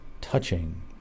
touching